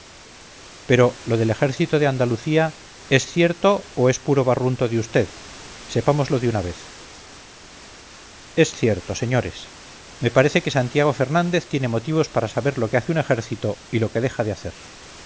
pero lo del ejército de andalucía es cierto o es puro barrunto de vd sepámoslo de una vez es cierto señores me parece que santiago fernández tiene motivos para saber lo que hace un ejército y lo que deja de hacer